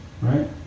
right